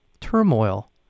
turmoil